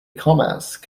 commerce